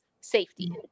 safety